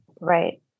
right